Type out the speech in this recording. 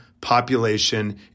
population